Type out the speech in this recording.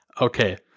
okay